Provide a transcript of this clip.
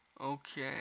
Okay